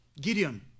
Gideon